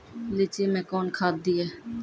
लीची मैं कौन खाद दिए?